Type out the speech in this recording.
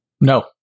No